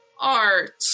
art